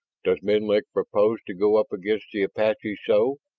does menlik propose to go up against the apaches so?